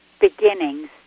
beginnings